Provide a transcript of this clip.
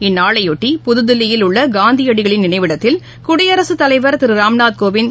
இந்நாளையொட்டி புதுதில்லியில் உள்ளகாந்தியடிகளின் நினைவிடத்தில் குடியரசுத் தலைவர் திருராம்நாத் கோவிந்த்